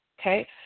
okay